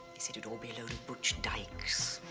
he said you'd all be a load of butch dykes.